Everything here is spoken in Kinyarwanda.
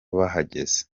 bahageze